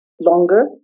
longer